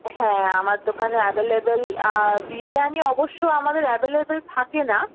হ্যাঁ আমার দোকানে অ্যাভেলেবল বিরিয়ানি অবশ্য আমাদের অ্যাভেলেবল থাকে না